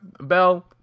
bell